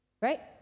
Right